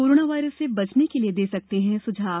corona virus से बचने के लिए दे सकते हैं सुझाव